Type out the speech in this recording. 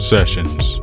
Sessions